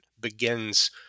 begins